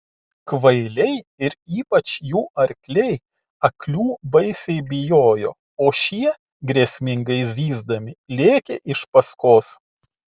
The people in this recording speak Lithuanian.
kvailiai ir ypač jų arkliai aklių baisiai bijojo o šie grėsmingai zyzdami lėkė iš paskos